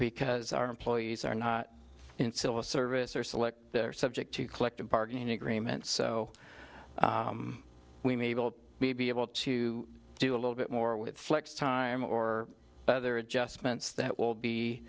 because our employees are not in civil service or select they're subject to collective bargaining agreement so we may both be able to do a little bit more with flex time or other adjustments that will be